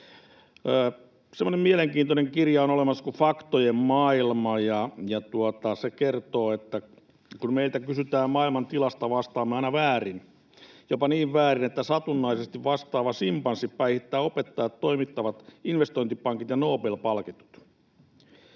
mielenkiintoinen kirja on olemassa kuin Faktojen maailma, ja se kertoo, että kun meiltä kysytään maailman tilasta, vastaamme aina väärin, jopa niin väärin, että satunnaisesti vastaava simpanssi päihittää opettajat, toimittajat, investointipankkiirit ja Nobel-palkitut.